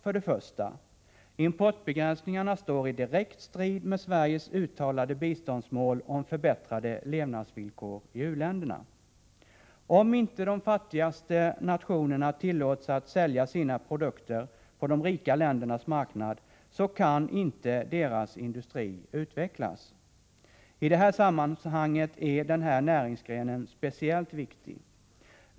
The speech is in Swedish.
För det första: Importbegränsningarna står i direkt strid med Sveriges uttalade biståndsmål att förbättra levnadsvillkoren i u-länderna. Om inte de fattigaste nationerna tillåts att sälja sina produkter på de rika ländernas marknad, kan inte u-ländernas industri utvecklas. I detta sammanhang är tekoindustrin speciellt viktig.